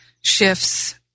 shifts